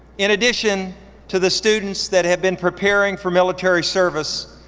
in addition to the students that have been preparing for military service,